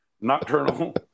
nocturnal